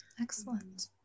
excellent